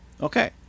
okay